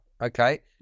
Okay